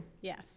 Yes